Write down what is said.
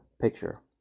picture